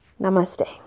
Namaste